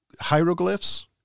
hieroglyphs